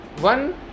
one